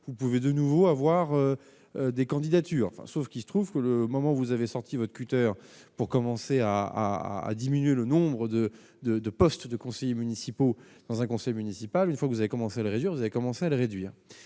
vous pouvez de nouveau avoir des candidatures, sauf qu'il se trouve que le moment vous avez sorti votre tuteur pour commencer à. Diminuer le nombre de, de, de postes de conseillers municipaux dans un conseil municipal, une fois que vous avez commencé le régions vous avez commencé à le réduire,